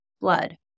Blood